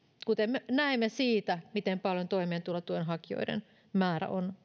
kuten me näemme siitä miten paljon toimeentulotuen hakijoiden määrä on